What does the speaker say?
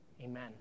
Amen